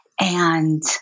And-